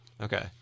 Okay